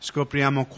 Scopriamo